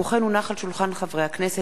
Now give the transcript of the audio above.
מְלווה, מְלווה.